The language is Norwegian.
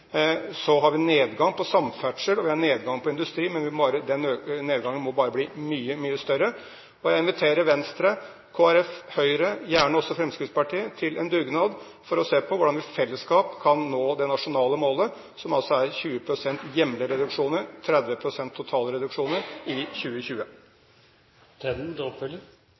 Så har vi en nedgang innen samferdsel og industri. Den nedgangen må bare bli mye, mye større. Jeg inviterer Venstre, Kristelig Folkeparti og Høyre – gjerne også Fremskrittspartiet – til en dugnad for å se på hvordan vi i fellesskap kan nå det nasjonale målet som altså er 20 pst. hjemlige reduksjoner, 30 pst. totale reduksjoner, i 2020. Vi kan godt forholde oss til